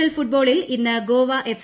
L ഫുട്ബോളിൽ ഇന്ന് Goa F